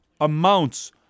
amounts